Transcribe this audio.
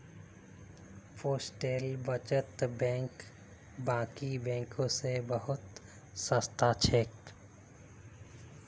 postal बचत bank बाकी बैंकों से बहुत सस्ता छे